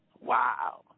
Wow